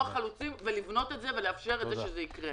החלוצים ולבנות את זה ולאפשר שזה יקרה.